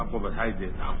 आपको बघाई देता हूं